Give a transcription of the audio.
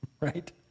right